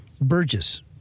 Burgess